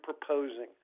proposing